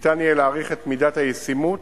ניתן יהיה להעריך את מידת הישימות